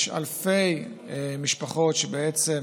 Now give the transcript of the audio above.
יש אלפי משפחות שבעצם